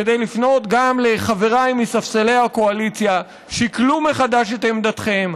כדי לפנות גם לחברי מספסלי הקואליציה: שקלו מחדש את עמדתכם.